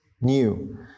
new